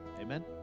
Amen